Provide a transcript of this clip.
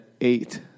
eight